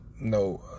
No